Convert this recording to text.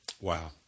Wow